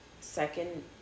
second